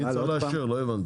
מי צריך לאשר, לא הבנתי.